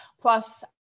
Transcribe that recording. plus